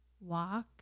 walk